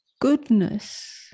goodness